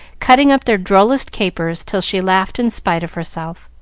cutting up their drollest capers till she laughed in spite of herself.